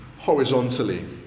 horizontally